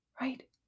Right